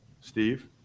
Steve